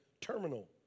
terminal